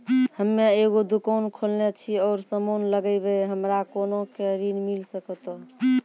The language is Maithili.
हम्मे एगो दुकान खोलने छी और समान लगैबै हमरा कोना के ऋण मिल सकत?